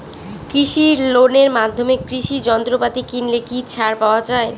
কৃষি লোনের মাধ্যমে কৃষি যন্ত্রপাতি কিনলে কি ছাড় পাওয়া যায়?